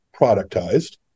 productized